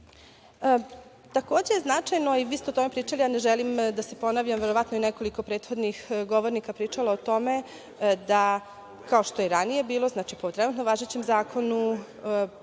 Takođe je značajno, vi ste o tome pričali, ne želim da se ponavljam, verovatno je prethodnih nekoliko govornika pričalo o tome, da kao što je i ranije bilo, znači po trenutno važećem zakonu